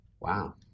Wow